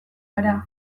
gara